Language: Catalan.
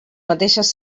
mateixes